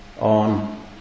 on